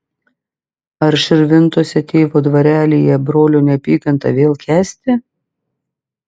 ar širviuose tėvo dvarelyje brolio neapykantą vėl kęsti